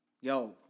Yo